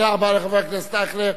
תודה רבה לחבר הכנסת אייכלר,